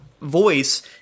voice